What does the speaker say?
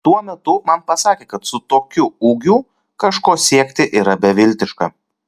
tuo metu man pasakė kad su tokiu ūgiu kažko siekti yra beviltiška